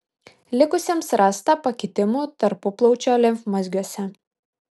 likusiems rasta pakitimų tarpuplaučio limfmazgiuose